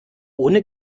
ohne